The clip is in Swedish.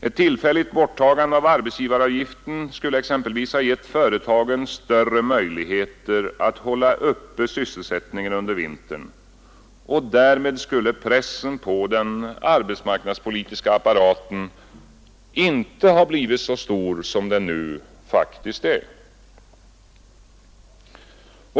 Ett tillfälligt borttagande av arbetsgivaravgiften skulle exempelvis gett företagen större möjligheter att hålla uppe sysselsättningen under vintern, och pressen på den arbetsmarknadspolitiska apparaten skulle då inte blivit så stor som den nu faktiskt är.